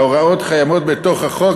ההוראות קיימות בתוך החוק